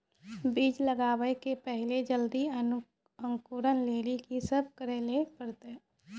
बीज लगावे के पहिले जल्दी अंकुरण लेली की सब करे ले परतै?